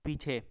पीछे